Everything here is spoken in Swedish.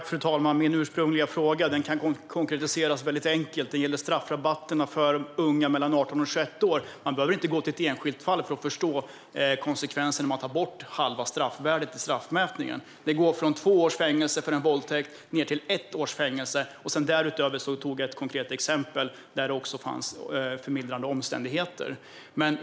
Fru talman! Min ursprungliga fråga kan konkretiseras väldigt enkelt. Den gäller straffrabatterna för unga mellan 18 och 21 år. Man behöver inte gå till ett enskilt fall för att förstå konsekvenserna om man tar bort halva straffvärdet i straffmätningen. Det går för en våldtäkt från två års fängelse ned till ett års fängelse. Därutöver tog jag ett konkret exempel där det fanns förmildrande omständigheter.